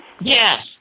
Yes